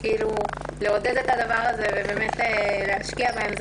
צריך לעודד את הדבר הזה ובאמת להשקיע בהן,